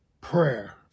prayer